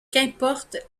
qu’importe